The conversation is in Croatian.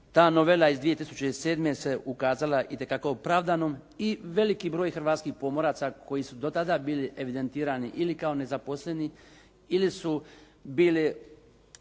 ta novela iz 2007. ukazala itekako opravdanom i veliki broj hrvatskih pomoraca koji su do tada bili evidentirani ili kao nezaposleni ili su bili